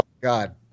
God